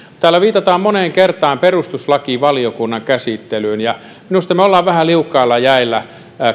täällä on viitattu moneen kertaan perustuslakivaliokunnan käsittelyyn ja minusta me olemme vähän liukkailla jäillä